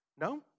No